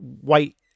white